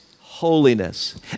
holiness